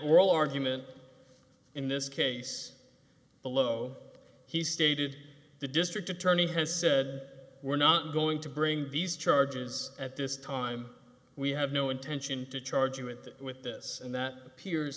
oral argument in this case below he stated the district attorney has said we're not going to bring these charges at this time we have no intention to charge you with that with this and that appear